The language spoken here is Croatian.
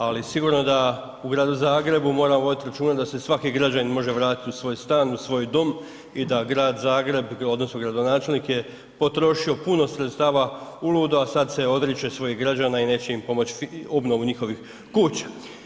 Ali sigurno da u gradu Zagrebu moramo voditi računa da se svaki građanin može vratiti u svoj stan, u svoj dom i da grad Zagreb odnosno gradonačelnik je potrošio puno sredstava uludo, a sada se odriče svojih građana i neće im pomoći u obnovi njihovih kuća.